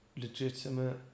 legitimate